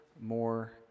more